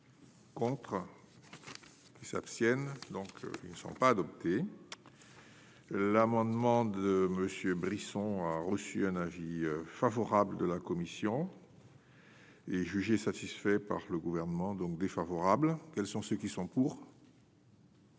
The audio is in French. Contre qui s'abstiennent, donc ils ne sont pas adoptés. L'amendement de monsieur Brisson a reçu un avis favorable de la commission. Et jugé satisfait par le gouvernement, donc défavorable. Quels sont ceux qui sont pour.